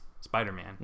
Spider-Man